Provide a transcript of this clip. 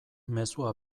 mezua